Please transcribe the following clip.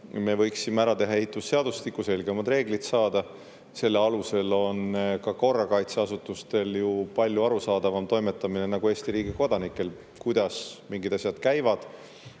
me võiksime ära teha ehitusseadustiku, selgemad reeglid saada. Selle alusel on ka korrakaitseasutustel ju palju arusaadavam toimetamine, nagu Eesti riigi kodanikel, kuidas mingid asjad käivad.